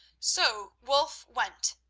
so wulf went,